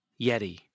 Yeti